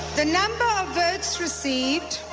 the number of votes received